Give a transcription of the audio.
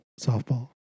Softball